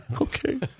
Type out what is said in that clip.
Okay